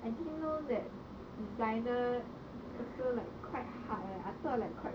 I didn't know that designer I feel like quite hard leh I thought like quite